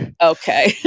Okay